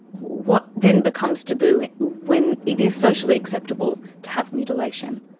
what then becomes taboo when it is socially acceptable to have mutilation?